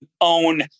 own